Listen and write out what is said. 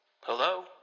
Hello